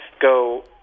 go